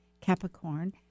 Capricorn